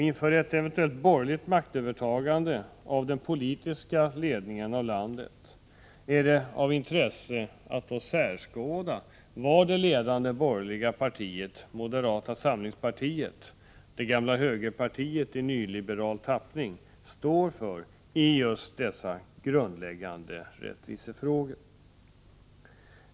Inför ett eventuellt borgerligt övertagande av den politiska ledningen av landet är det av intresse att skärskåda vad det ledande borgerliga partiet, moderata samlingspartiet — det gamla högerpartiet i nyliberal tappning — står för när det gäller de grundläggande rättvisefrågorna.